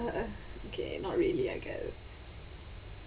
uh okay not really I guess